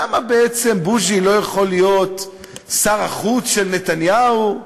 למה בעצם בוז'י לא יכול להיות שר החוץ של נתניהו?